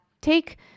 take